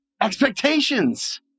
Expectations